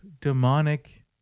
demonic